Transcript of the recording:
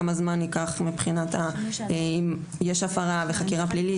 כמה זמן ייקח מבחינת אם יש הפרה וחקירה פלילית,